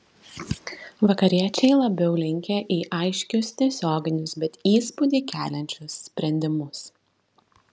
vakariečiai labiau linkę į aiškius tiesioginius bet įspūdį keliančius sprendimus